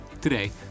today